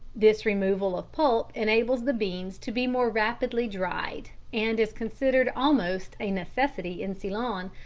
this removal of pulp enables the beans to be more rapidly dried, and is considered almost a necessity in ceylon,